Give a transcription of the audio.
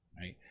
Right